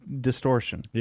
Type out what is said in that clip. distortion